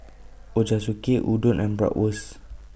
Ochazuke Udon and Bratwurst